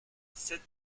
sept